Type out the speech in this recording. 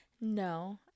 No